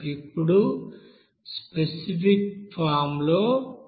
ఇప్పుడు specific form లో 0